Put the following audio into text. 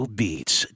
beats